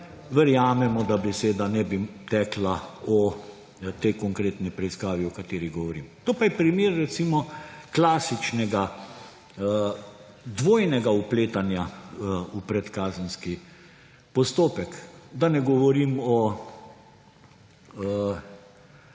verjamemo, da naj bi beseda tekla o tej konkretni preiskavi, o kateri govorim. To pa je primer, recimo, klasičnega dvojnega vpletanja v predkazenski postopek, da ne govorim o